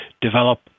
develop